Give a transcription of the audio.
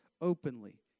openly